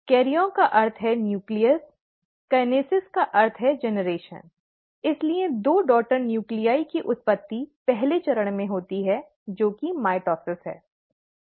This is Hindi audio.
'करियन"Karyon' का अर्थ है न्यूक्लियस 'किनेसिस"kinesis' का अर्थ है जेनरेशन इसलिए दो डॉटर नूक्लीआइ की उत्पत्ति पहले चरण में होती है जो कि मिटोसिस है